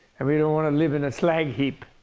and we don't want to live in a slag heap,